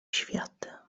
świat